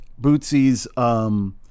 Bootsy's